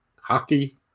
hockey